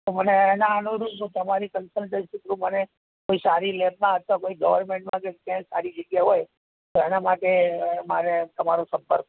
તો મને એના અનુરૂપ તમારી કન્સલ્ટન્સી થ્રુ મને કોઈ સારી લેબમાં અથવા કોઈ ગવર્મેન્ટમાં ક્યાંય સારી જગ્યા હોય તો એના માટે મારે તમારો સંપર્ક કર્યો